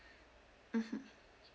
mmhmm